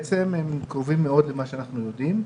בעצם קרובים מאוד למה שאנחנו יודעים.